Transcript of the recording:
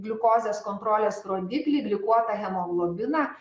gliukozės kontrolės rodiklį glikuotą hemoglobiną